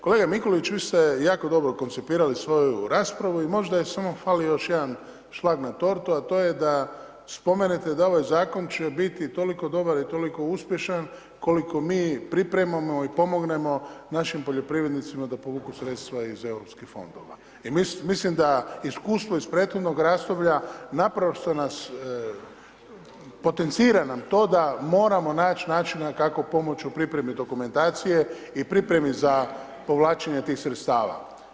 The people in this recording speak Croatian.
Kolega Mikulić, vi ste jako dobro koncipirali svoju raspravu i možda je samo falio još jedan šlag na tortu, a to je da spomenete da ovaj Zakon će biti toliko dobar i toliko uspješan koliko mi pripremamo i pomognemo našim poljoprivrednicima da povuku sredstva iz Europskih fondova i mislim da iskustvo iz prethodnog razdoblja naprosto nas, potencira nam to da moramo naći načina kako pomoći u pripremi dokumentacije i pripremi za povlačenje tih sredstava.